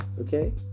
Okay